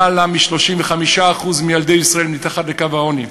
למעלה מ-35% מילדי ישראל מתחת לקו העוני".